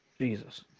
Jesus